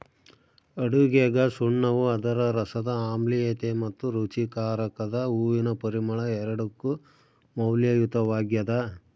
ಅಡುಗೆಗಸುಣ್ಣವು ಅದರ ರಸದ ಆಮ್ಲೀಯತೆ ಮತ್ತು ರುಚಿಕಾರಕದ ಹೂವಿನ ಪರಿಮಳ ಎರಡಕ್ಕೂ ಮೌಲ್ಯಯುತವಾಗ್ಯದ